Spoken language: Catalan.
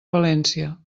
valència